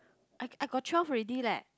I I got twelve already leh